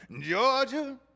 Georgia